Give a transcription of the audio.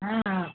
हा